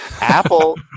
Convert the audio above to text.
Apple